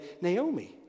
Naomi